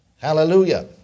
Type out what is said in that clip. Hallelujah